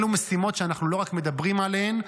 אלו משימות שאנחנו לא רק מדברים עליהן,